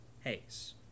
Hayes